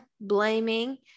Blaming